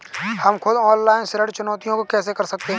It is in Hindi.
हम खुद ऑनलाइन ऋण चुकौती कैसे कर सकते हैं?